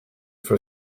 for